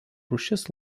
rūšis